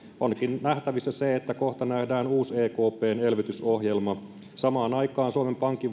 onkin nähtävissä se että kohta nähdään uusi ekpn elvytysohjelma samaan aikaan suomen pankin